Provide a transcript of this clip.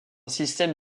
système